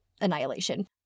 annihilation